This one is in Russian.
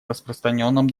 распространенном